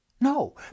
No